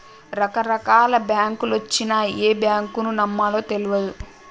రకరకాల బాంకులొచ్చినయ్, ఏ బాంకును నమ్మాలో తెల్వదు